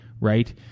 right